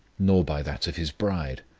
nor by that of his bride.